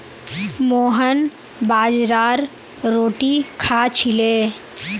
मोहन बाजरार रोटी खा छिले